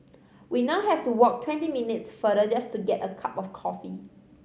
we now have to walk twenty minutes farther just to get a cup of coffee